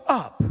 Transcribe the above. up